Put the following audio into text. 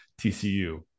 TCU